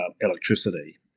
electricity